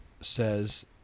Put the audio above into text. says